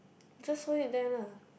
just hold it there lah